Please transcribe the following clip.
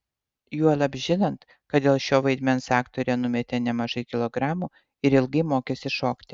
juolab žinant kad dėl šio vaidmens aktorė numetė nemažai kilogramų ir ilgai mokėsi šokti